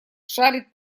шарит